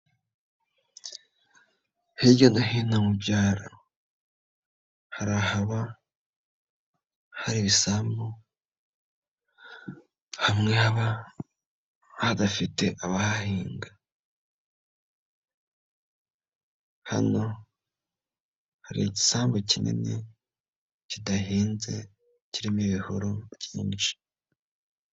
Hirya no hino mu byaro hari ahaba hari ibisambu hamwe haba hadafite abahahinga, hano hari igisambu kinini kidahinze kirimo ibihuru byinshi.